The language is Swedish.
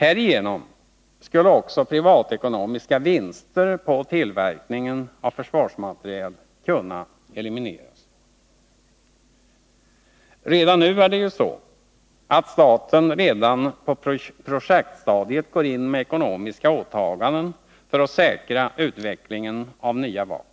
Härigenom skulle också privatekonomiska vinster på tillverkning av försvarsmateriel kunna elimineras. Redan nu är det ju så att staten på projektstadiet går in med ekonomiska åtaganden för att säkra utvecklingen av nya vapen.